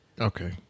Okay